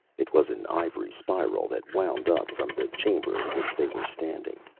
it was an ivory spiral that wound up from the chamber in which they were standing.